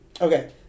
Okay